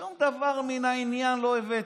שום דבר מן העניין לא הבאתם.